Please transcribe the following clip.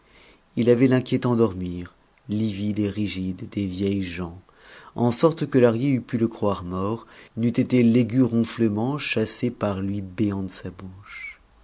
il avait l'inquiétant dormir livide et rigide des vieilles gens en sorte que lahrier eût pu le croire mort n'eût été l'aigu ronflement chassé par l'huis béant de sa bouche